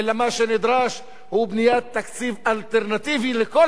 אלא מה שנדרש הוא בניית תקציב אלטרנטיבי לכל